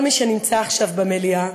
כל מי שנמצא עכשיו במליאה